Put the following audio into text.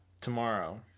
Tomorrow